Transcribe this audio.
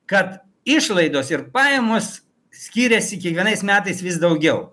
kad išlaidos ir pajamos skiriasi kiekvienais metais vis daugiau